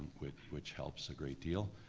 which which helps a great deal.